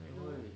哪里会